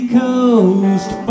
coast